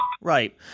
Right